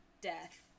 death